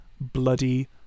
Bloody